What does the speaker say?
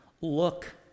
look